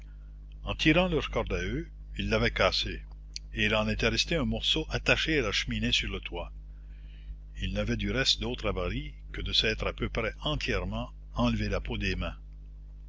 en tirant leur corde à eux ils l'avaient cassée et il en était resté un morceau attaché à la cheminée sur le toit ils n'avaient du reste d'autre avarie que de s'être à peu près entièrement enlevé la peau des mains